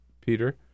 Peter